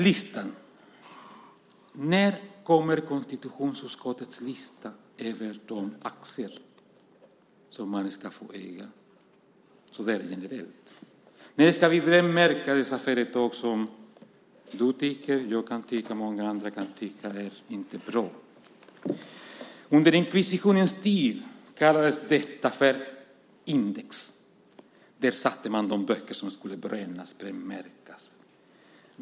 Listan: När kommer konstitutionsutskottets lista över de aktier som man ska få äga? När ska vi brännmärka dessa företag som du tycker - och jag kan tycka och många andra kan tycka - inte är bra? Under inkvisitionens tid kallades detta Index. Där satte man de böcker som skulle brännas och brännmärkas.